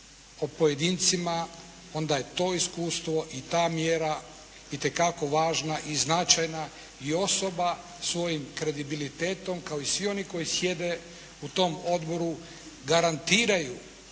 o pojedincima onda je to iskustvo i ta mjera itekako važna i značajna i osoba svojim kredibilitetom kao i svi oni koji sjede u tom odboru garantiraju